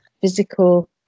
physical